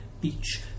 beach